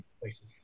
places